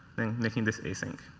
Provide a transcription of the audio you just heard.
and making this async.